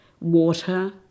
water